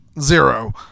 Zero